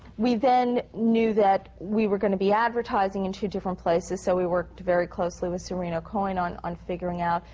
we then knew that we were going to be advertising in two different places, so we worked very closely with serino coyne on on figuring out,